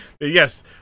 Yes